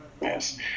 Yes